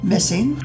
Missing